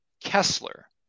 Kessler